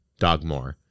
dogmore